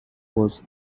was